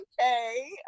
okay